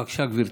בבקשה, גברתי.